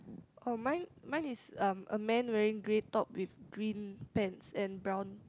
oh mine mine is um a man wearing grey top with green pants and brown